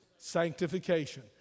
Sanctification